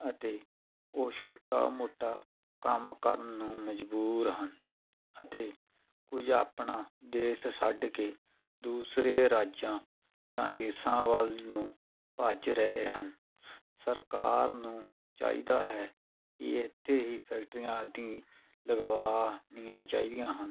ਅਤੇ ਉਹ ਛੋਟਾ ਮੋਟਾ ਕੰਮ ਕਰਨ ਨੂੰ ਮਜਬੂਰ ਹਨ ਅਤੇ ਕੁਝ ਆਪਣਾ ਦੇਸ਼ ਛੱਡ ਕੇ ਦੂਸਰੇ ਰਾਜਾਂ ਜਾਂ ਦੇਸ਼ਾਂ ਵੱਲ ਨੂੰ ਭੱਜ ਰਹੇ ਹਨ ਸਰਕਾਰ ਨੂੰ ਚਾਹੀਦਾ ਹੈ ਕਿ ਇੱਥੇ ਹੀ ਫੈਕਟਰੀਆਂ ਆਦਿ ਲਗਵਾਣੀਆਂ ਚਾਹੀਦੀਆਂ ਹਨ